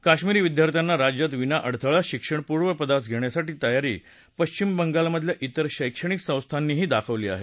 कश्मीरी विद्यार्थ्यांना राज्यात विना अडथळा शिक्षण पूर्ण करण्यास मदत करण्याची तयारी पक्षिम बंगाल मधल्या विर शैक्षणिक संस्थांनीही दाखवली आहे